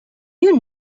you